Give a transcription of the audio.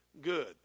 good